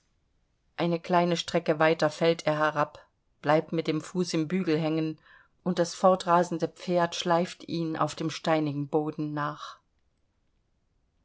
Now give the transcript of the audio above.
eine kleine strecke weiter fällt er herab bleibt mit dem fuß im bügel hängen und das fortrasende pferd schleift ihn auf dem steinigen boden nach